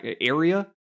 area